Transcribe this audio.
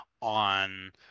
on